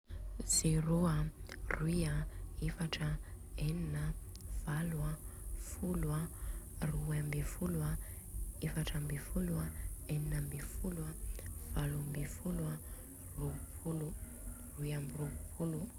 Zerô an, roy an, efatra an, enina an, valo an, folo an, roy ambiny folo, efatra ambiny folo, enina ambiny folo, valo ambiny folo an, rôpolo an, roy amin'ny rôpolo.